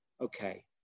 Okay